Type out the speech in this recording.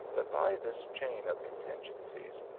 that by this chain of con tingencies,